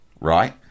right